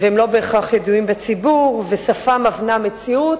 והם לא בהכרח ידועים בציבור, ושפה מבנה מציאות,